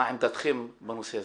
מה עמדתכם בנושא הזה?